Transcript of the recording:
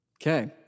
Okay